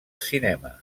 cinema